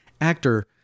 actor